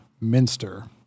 Minster